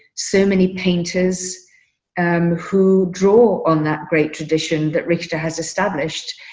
so many painters um who draw on that great tradition that richard has established.